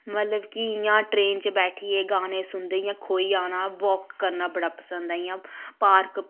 मतलब कि इ'यां ट्रैन च बैठियै गाने सुनदे इ'यां खोई जाना वाक करना बड़ा पसंद ऐ इ'यां पार्क